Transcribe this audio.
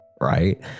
right